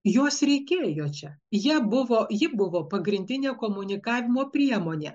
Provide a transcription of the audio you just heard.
jos reikėjo čia jie buvo ji buvo pagrindinė komunikavimo priemonė